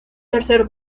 tercer